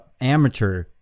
amateur